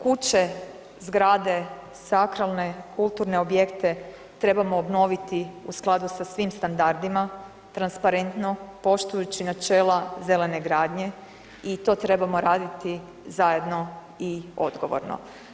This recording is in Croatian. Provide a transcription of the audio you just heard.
Kuće, zgrada, sakralne, kulturne objekte trebamo obnoviti u skladu sa svim standardima, transparentno, poštujući načela zelene gradnje i to trebamo raditi zajedno i odgovorno.